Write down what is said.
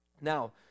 Now